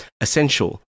essential